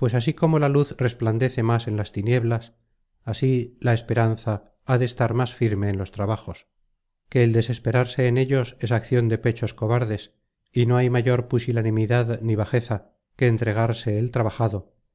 pues así como la luz resplandece más en las tinieblas así la esperanza ha de estar más firme en los trabajos que el desesperarse en ellos es accion de pechos cobardes y no hay mayor pusilanimidad ni bajeza que entregarse el trabajado